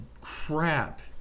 crap